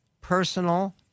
personal